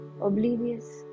oblivious